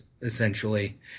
essentially